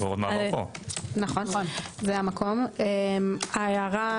אנחנו קיבלנו הערה,